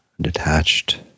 detached